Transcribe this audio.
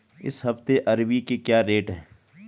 इस हफ्ते अरबी के क्या रेट हैं?